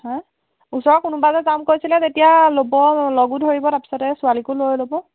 হাঁ ওচৰৰ কোনোবাত যে যাম কৈছিলে তেতিয়া ল'ব লগো ধৰিব তাৰপিছতে ছোৱালীকো লৈ ল'ব